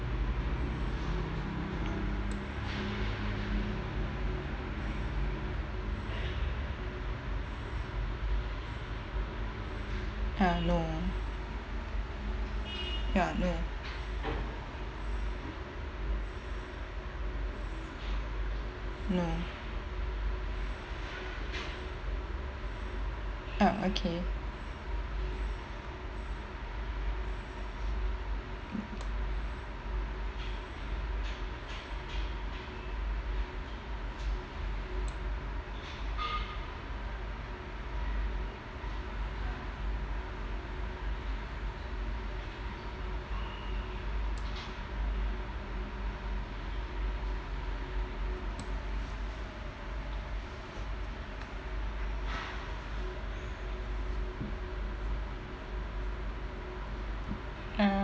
ah no ya no no ah okay